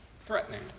threatening